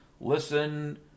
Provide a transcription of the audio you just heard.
listen